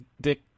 dick